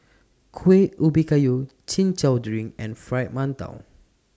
Kuih Ubi Kayu Chin Chow Drink and Fried mantou